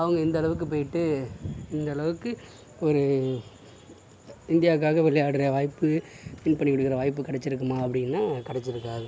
அவங்க இந்தளவுக்கு போயிட்டு இந்தளவுக்கு ஒரு இந்தியாவுக்காக விளையாடுற வாய்ப்பு வின் பண்ணி கொடுக்குற வாய்ப்பு கிடைச்சிருக்குமா அப்படினா கிடைச்சிருக்காது